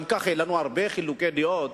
גם כך יהיו לנו הרבה חילוקי דעות,